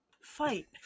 Fight